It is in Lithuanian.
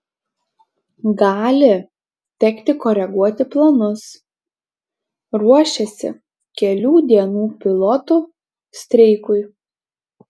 gali tekti koreguoti planus ruošiasi kelių dienų pilotų streikui